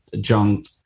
junk